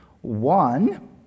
One